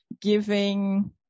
giving